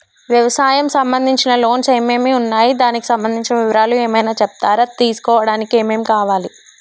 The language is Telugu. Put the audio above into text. వ్యవసాయం సంబంధించిన లోన్స్ ఏమేమి ఉన్నాయి దానికి సంబంధించిన వివరాలు ఏమైనా చెప్తారా తీసుకోవడానికి ఏమేం కావాలి?